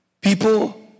People